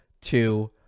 two